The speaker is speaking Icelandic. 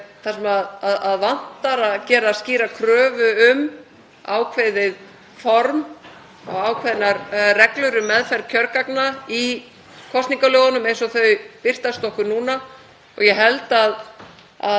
þar sem vantar að gera skýra kröfu um ákveðið form og ákveðnar reglur um meðferð kjörgagna í kosningalögunum eins og þau birtast okkur núna. Ég held að